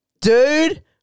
Dude